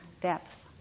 depth